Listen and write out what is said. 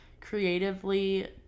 creatively